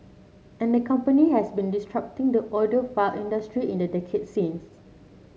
and the company has been disrupting the audiophile industry in the decade since